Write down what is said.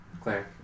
Claire